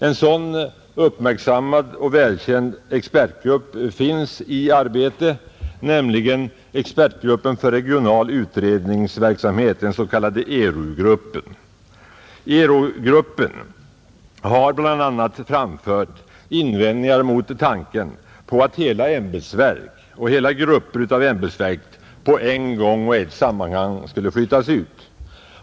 En sådan uppmärksammad och välkänd expertgrupp som finns i arbete och som jag vill nämna är expertgruppen för regional utredningsverksamhet, den s.k. ERU-gruppen. ERU-gruppen har bl.a. framfört invändningar mot tanken på att hela ämbetsverk och grupper av ämbetsverk på en gång och i ett sammanhang skulle flyttas ut.